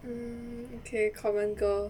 mm okay common goal